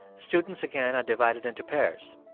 students, again, are divided into pairs.